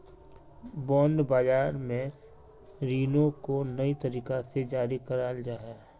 bond बाज़ार में रीनो को नए तरीका से जारी कराल जाहा